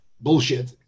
bullshit